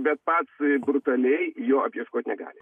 bet pats brutaliai jo apjieškot negali